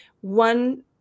one